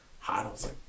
hot